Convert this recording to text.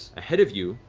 ahead of you,